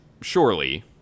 surely